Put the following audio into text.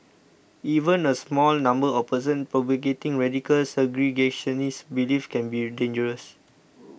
even a small number of persons propagating radical segregationist beliefs can be dangerous